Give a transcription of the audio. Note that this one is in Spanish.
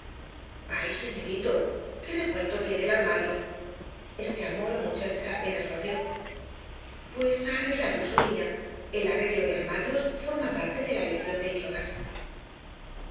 ay señorito qué revuelto tiene el armario exclamó la muchacha apenas lo abrió pues á arreglarlo suriña el arreglo de armarios forma parte de la lección de idiomas